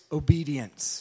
obedience